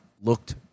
looked